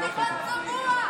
אתה חתיכת צבוע.